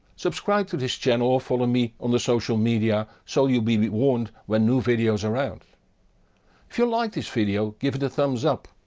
subscribe to this channel or following me on the social media so you'll be warned when new videos are out. if you liked this video, give it a thumbs up.